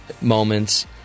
moments